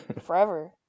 forever